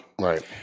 right